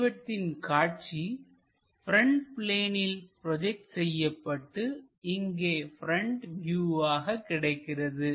வடிவத்தின் காட்சி ப்ரெண்ட் பிளேனில் ப்ரோஜெக்ட் செய்யப்பட்டு இங்கே ப்ரெண்ட் வியூவாக கிடைக்கிறது